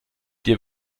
dir